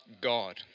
God